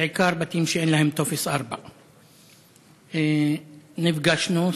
בעיקר בתים שאין להם טופס 4. נפגשנו,